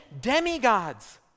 demigods